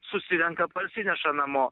susirenka parsineša namo